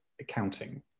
accounting